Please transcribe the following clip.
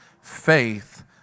Faith